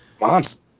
Monster